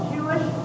Jewish